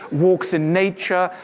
walks in nature,